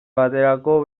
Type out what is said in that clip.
baterako